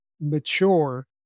mature